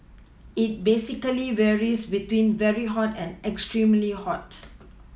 it basically varies between very hot and extremely hot